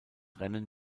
rennen